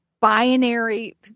binary